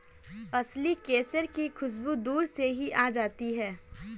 असली केसर की खुशबू दूर से ही आ जाती है